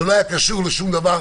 זה לא היה קשור לשום דבר